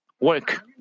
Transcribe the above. work